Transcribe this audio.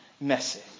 message